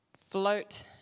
float